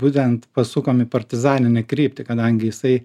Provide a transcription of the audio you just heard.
būtent pasukom į partizaninę kryptį kadangi jisai